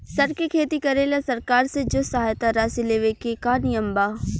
सर के खेती करेला सरकार से जो सहायता राशि लेवे के का नियम बा?